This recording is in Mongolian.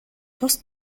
тус